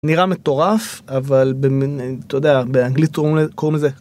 נראה מטורף אבל, אתה יודע, באנגלית קוראים לזה.